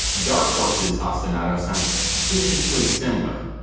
dark horse's ostinato sounds suspiciously similar,